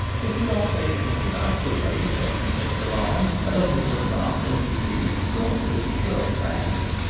if you are patient enough to wait when he takes alarm, and only to advance when he feeds, you are pretty sure to bag him.